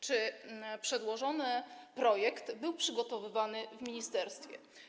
Czy przedłożony projekt był przegotowywany w ministerstwie?